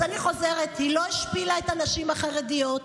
אני חוזרת: היא לא השפילה את הנשים החרדיות,